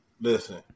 listen